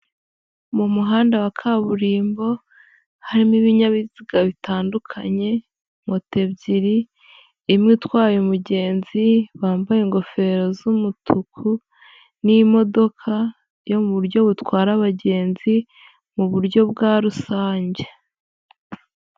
Mu muhanda wa kaburimbo, harimo ibinyabiziga bitandukanye, moto ebyiri, imwe itwaye umugenzi, bambaye ingofero z'umutuku n'imodoka yo mu buryo butwara abagenzi mu buryo bwa rusange.